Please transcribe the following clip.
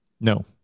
No